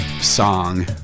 song